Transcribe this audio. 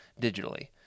digitally